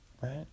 right